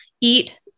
eat